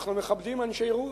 אנחנו מכבדים אנשי רוח,